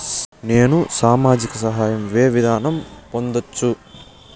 నేను సామాజిక సహాయం వే విధంగా పొందొచ్చు?